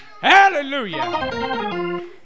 Hallelujah